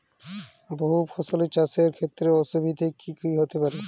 বহু ফসলী চাষ এর ক্ষেত্রে অসুবিধে কী কী হতে পারে?